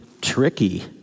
tricky